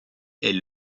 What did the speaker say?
est